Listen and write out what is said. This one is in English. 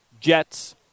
Jets